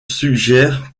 suggère